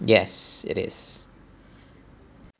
yes it is